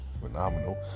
phenomenal